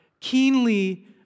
keenly